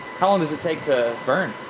how long does it take to burn?